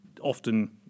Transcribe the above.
often